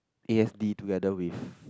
A_S_D together with